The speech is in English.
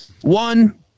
One